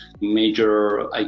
major